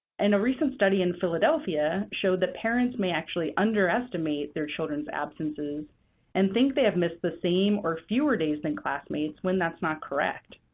and a recent study in philadelphia showed that parents may actually underestimate their children's absences and think they have missed the same or fewer days than classmates when that's not correct.